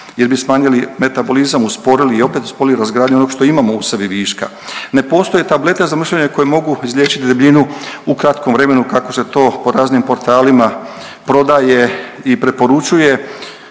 jer bi smanjili metabolizam, usporili i opet usporili razgradnju onog što imamo u sebi viška, ne postoje tablete za mršavljenje koje mogu izliječiti debljinu u kratkom vremenu kako se to po raznim portalima prodaje i preporučuje,